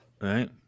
Right